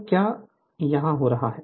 तो यहाँ क्या हो रहा है